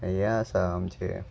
हें आसा आमचें